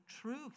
truth